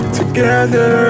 together